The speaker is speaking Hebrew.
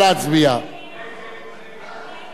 ההצעה